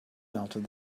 melted